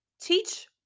teach